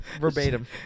Verbatim